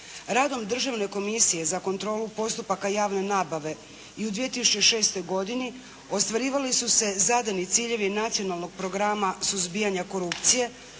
Radom Državne komisije za kontrolu postupaka javne nabave i u 2006. godini ostvarivali su se zadani ciljevi Nacionalnog programa suzbijanja korupcije